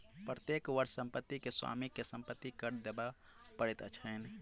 प्रत्येक वर्ष संपत्ति के स्वामी के संपत्ति कर देबअ पड़ैत छैन